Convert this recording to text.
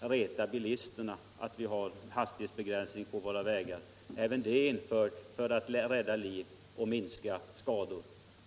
reta bilisterna, herr Åkerlind, utan även hastighetsbegränsningarna är införda för att rädda liv och minska skador.